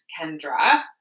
Kendra